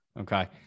Okay